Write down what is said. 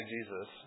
Jesus